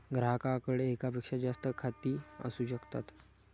ग्राहकाकडे एकापेक्षा जास्त खाती असू शकतात